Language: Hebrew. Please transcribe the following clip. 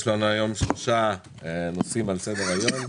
יש לנו היום שלושה נושאים על סדר היום.